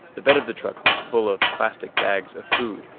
the bed of the truck was full of plastic bags of food